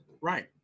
right